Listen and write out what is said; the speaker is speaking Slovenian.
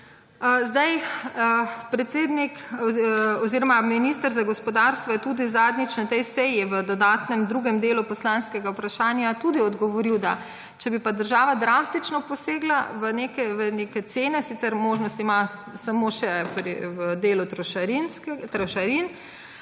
letih pred covidom-19. Minister za gospodarstvo je tudi zadnjič na tej seji v dodatnem drugem delu poslanskega vprašanja odgovoril, da če bi pa država drastično posegla v neke cene, sicer možnost ima samo še v delu trošarin,